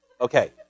Okay